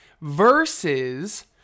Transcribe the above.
versus